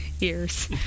ears